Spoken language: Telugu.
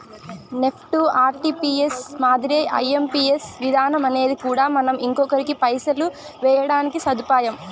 నెప్టు, ఆర్టీపీఎస్ మాదిరే ఐఎంపియస్ విధానమనేది కూడా మనం ఇంకొకరికి పైసలు వేయడానికి సదుపాయం